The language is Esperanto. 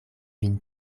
vin